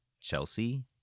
Chelsea